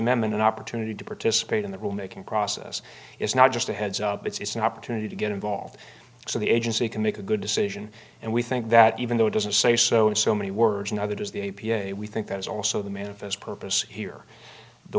amendment an opportunity to participate in the room making process it's not just a heads up it's an opportunity to get involved so the agency can make a good decision and we think that even though it doesn't say so in so many words neither does the a p a we think that is also the manifest purpose here the